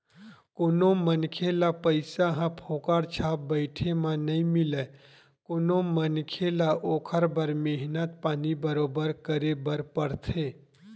कोनो मनखे ल पइसा ह फोकट छाप बइठे म नइ मिलय कोनो मनखे ल ओखर बर मेहनत पानी बरोबर करे बर परथे